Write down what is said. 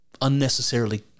unnecessarily